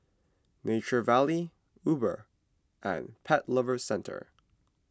Nature Valley Uber and Pet Lovers Centre